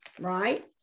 Right